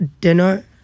dinner